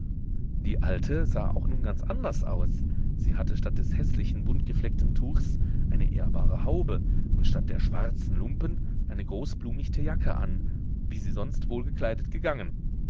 die alte sah auch nun ganz anders aus sie hatte statt des häßlichen buntgefleckten tuchs eine ehrbare haube und statt der schwarzen lumpen eine großblumichte jacke an wie sie sonst wohl gekleidet gegangen